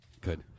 Good